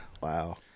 wow